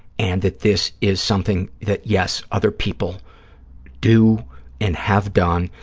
and that this is something that, yes, other people do and have done,